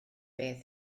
beth